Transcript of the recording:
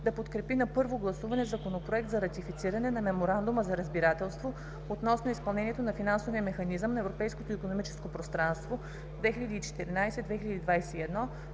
да подкрепи на първо гласуване Законопроект за ратифициране на Меморандума за разбирателство относно изпълнението на Финансовия механизъм на Европейското икономическо пространство 2014 – 2021